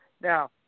Now